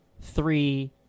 three